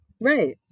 Right